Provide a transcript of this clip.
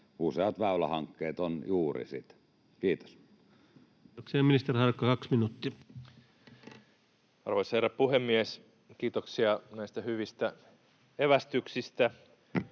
useat väylähankkeet ovat juuri sitä. — Kiitos. Kiitoksia. — Ministeri Harakka 2 minuuttia. Arvoisa herra puhemies! Kiitoksia näistä hyvistä evästyksistä.